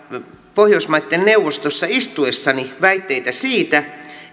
pohjoismaiden neuvostossa istuessani väitteitä siitä